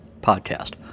podcast